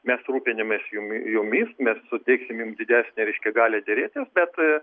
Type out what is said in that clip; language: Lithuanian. mes rūpinamės jum jumis mes suteiksim jum didesnę reiškia galią derėtis bet